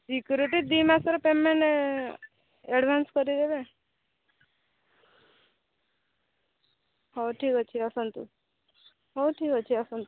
security ଦୁଇ ମାସର payment advance କରିଦେବେ ହଉ ଠିକ୍ ଅଛି ଆସନ୍ତୁ ହଉ ଠିକ୍ ଅଛି ଆସନ୍ତୁ